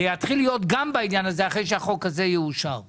זה יתחיל להיות גם בעניין הזה אחרי שהחוק הזה יאושר;